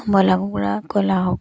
broiler কুকুৰা কয়লাৰ হওক